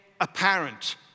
apparent